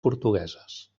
portugueses